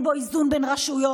אין בו איזון בין רשויות.